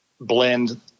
blend